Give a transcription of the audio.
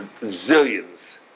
zillions